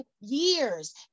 years